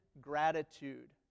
gratitude